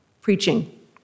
preaching